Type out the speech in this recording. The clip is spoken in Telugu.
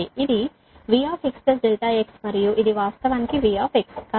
ఇది V x ∆x మరియు ఇది వాస్తవానికి V